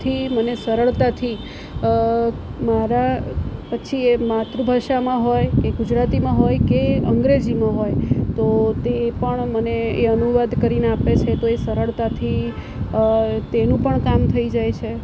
થી મને સરળતાથી મારા પછી એ માતૃભાષામાં હોય કે ગુજરાતીમાં હોય કે અંગ્રેજીમાં હોય તો તે પણ મને એ અનુવાદ કરીને આપે છે તો એ સરળતાથી તેનું પણ કામ થઈ જાય છે